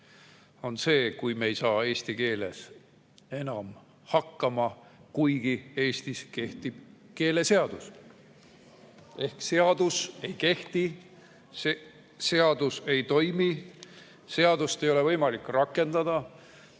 on see, kui me ei saa eesti keeles enam hakkama, kuigi Eestis kehtib keeleseadus. Seadus ei kehti, see seadus ei toimi, seadust ei ole võimalik rakendada,